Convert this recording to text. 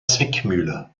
zwickmühle